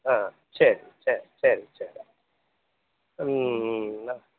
ஆ சரி சரி சரி சரி